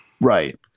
Right